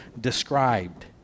described